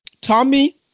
Tommy